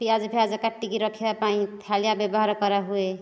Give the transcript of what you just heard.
ପିଆଜ ଫିଆଜ କାଟିକି ରଖିବା ପାଇଁ ଥାଳିଆ ବ୍ୟବହାର କରାହୁଏ